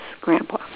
grandpa